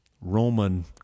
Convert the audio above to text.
Roman